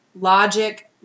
logic